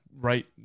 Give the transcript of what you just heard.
Right